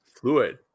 fluid